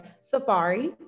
safari